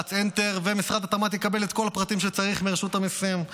ילחץ enter ומשרד התמ"ת יקבל את כל הפרטים שצריך מרשות המיסים.